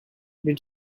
did